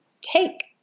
take